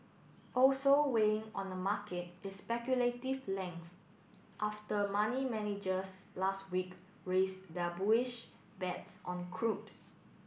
also weighing on the market is speculative length after money managers last week raised their bullish bets on crude